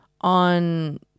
on